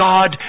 God